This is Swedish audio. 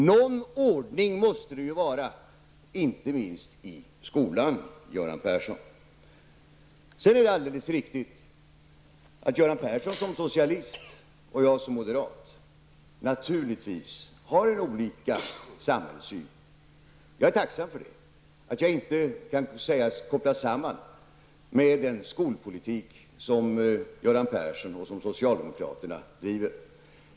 Någon ordning måste det ju vara, inte minst i skolan, Göran Sedan är det alldeles riktigt att Göran Persson som socialist och jag som moderat naturligtvis har olika samhällssyn. Jag är tacksam för det och för att jag inte kan kopplas samman med den skolpolitik som Göran Persson och socialdemokraterna driver.